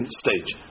stage